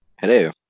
hello